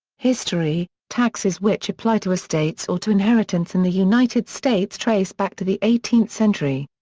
history taxes which apply to estates or to inheritance in the united states trace back to the eighteenth century.